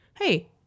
Hey